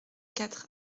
quatre